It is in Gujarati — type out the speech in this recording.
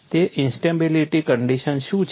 તે ઇન્સ્ટેબિલિટી કન્ડિશન શું છે